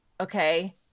Okay